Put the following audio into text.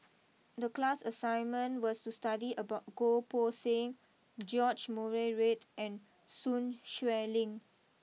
the class assignment was to study about Goh Poh Seng George Murray Reith and Sun Xueling